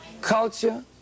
culture